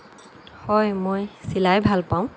হয় মই চিলাই ভাল পাওঁ